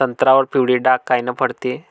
संत्र्यावर पिवळे डाग कायनं पडते?